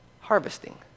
harvesting